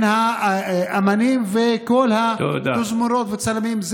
הן האומנים וכל התזמורות והצלמים.